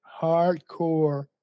hardcore